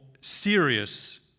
serious